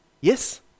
Yes